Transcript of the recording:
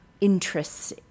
interests